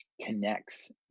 connects